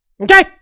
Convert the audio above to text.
Okay